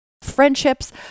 friendships